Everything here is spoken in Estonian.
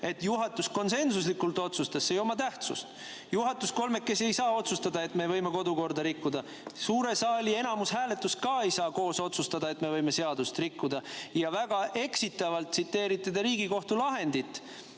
et juhatus konsensuslikult otsustas, see ei oma tähtsust. Juhatus kolmekesi ei saa otsustada, et me võime kodukorda rikkuda, suure saali enamushääletus ka ei saa otsustada, et me võime seadust rikkuda. Ja väga eksitavalt tsiteerite te Riigikohtu lahendit.